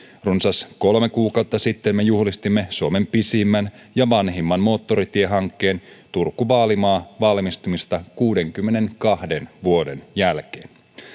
runsas kolme kuukautta sitten me juhlistimme suomen pisimmän ja vanhimman moottoritiehankkeen turku vaalimaa valmistumista kuudenkymmenenkahden vuoden jälkeen